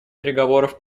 переговоров